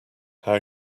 how